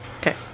Okay